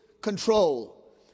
control